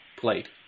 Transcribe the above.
played